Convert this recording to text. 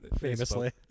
famously